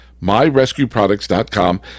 MyRescueProducts.com